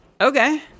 okay